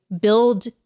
build